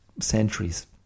centuries